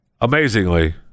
amazingly